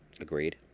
Agreed